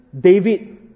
David